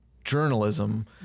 journalism